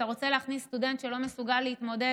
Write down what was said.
אתה רוצה להכניס סטודנט שלא מסוגל להתמודד